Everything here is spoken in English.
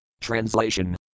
Translation